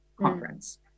conference